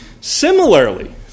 Similarly